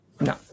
no